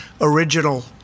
original